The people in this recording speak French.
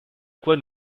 quoi